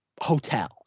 hotel